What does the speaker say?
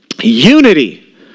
Unity